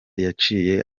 yaciye